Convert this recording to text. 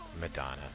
Madonna